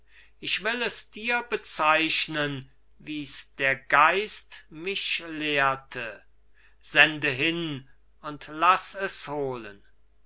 ich will es dir bezeichnen wie's der geist mich lehrte sende hin und laß es holen